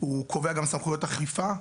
הוא קובע גם סמכויות אכיפה,